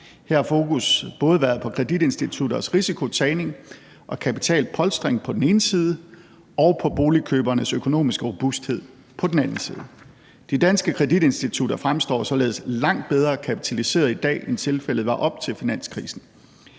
Her har fokus både været på kreditinstitutters risikotagning og kapitalpolstring på den ene side og på boligkøbernes økonomiske robusthed på den anden side. De danske kreditinstitutter fremstår således langt bedre kapitaliseret i dag, end tilfældet var op til finanskrisen.